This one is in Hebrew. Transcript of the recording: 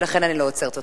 ולכן אני לא עוצרת אותך.